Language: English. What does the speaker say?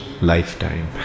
lifetime